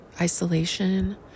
isolation